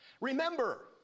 Remember